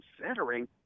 considering